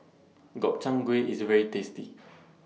Gobchang Gui IS very tasty